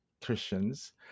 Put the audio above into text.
Christians